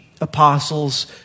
apostles